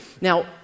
Now